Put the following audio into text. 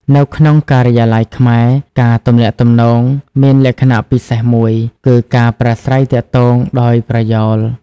នៅក្នុងការិយាល័យខ្មែរ ការទំនាក់ទំនងមានលក្ខណៈពិសេសមួយ គឺការប្រាស្រ័យទាក់ទងដោយប្រយោល។